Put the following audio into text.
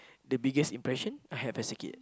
the biggest impression I have as a kid